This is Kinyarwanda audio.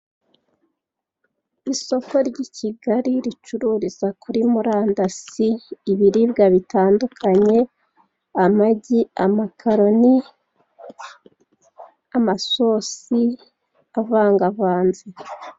Isoko ry'i Kigali ricururiza kuri murandasi ibiribwa bitandukanye, amagi, amakaroni, amasosi avangavanze.